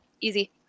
Easy